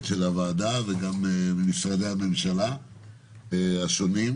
של הוועדה וגם ממשרדי הממשלה השונים.